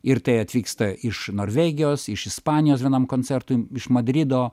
ir tai atvyksta iš norvegijos iš ispanijos vienam koncertui iš madrido